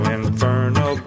Inferno